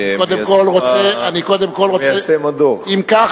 אם כך,